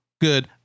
good